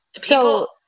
People